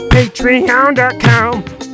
Patreon.com